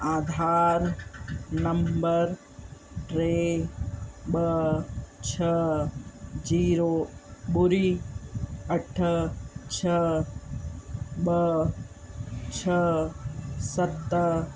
Aadhaar number टे ॿ छ्ह जीरो ॿुड़ी अठ छ ॿ छह सत